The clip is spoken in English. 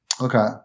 Okay